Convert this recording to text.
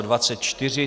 24.